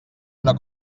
una